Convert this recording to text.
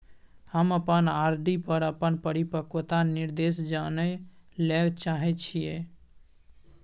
हम अपन आर.डी पर अपन परिपक्वता निर्देश जानय ले चाहय छियै